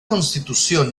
constitución